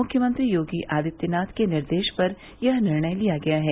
मुख्यमंत्री योगी आदित्यनाथ के निर्देश पर यह निर्णय लिया गया है